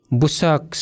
busak